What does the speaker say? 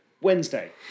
Wednesday